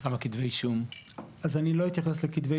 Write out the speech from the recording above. אני לא אתייחס לכתבי אישום.